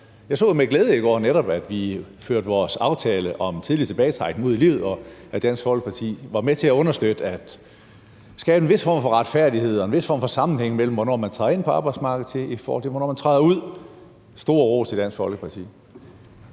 Jeg så med glæde i går, at vi førte vores aftale om tidlig tilbagetrækning ud i livet, og at Dansk Folkeparti var med til at understøtte, at der er en vis form for retfærdighed og en vis form for sammenhæng, i forhold til hvornår man træder ind på arbejdsmarkedet, og hvornår man træder ud. Stor ros til Dansk Folkeparti.